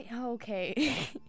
okay